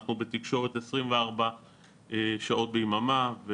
אנחנו בתקשורת 24 שעות ביממה,